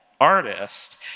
artist